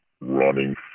running